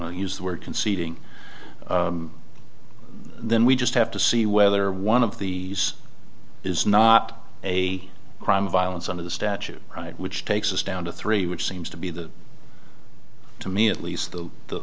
to use the word conceding then we just have to see whether one of the is not a crime of violence under the statute which takes us down to three which seems to be the to me at least the the